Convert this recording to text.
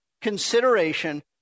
consideration